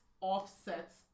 Offset's